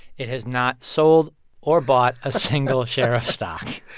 it has not sold or bought a single share of stock.